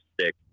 stick